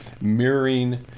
mirroring